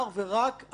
טוב.